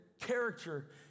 character